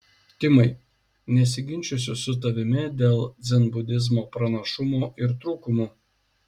timai nesiginčysiu su tavimi dėl dzenbudizmo pranašumų ir trūkumų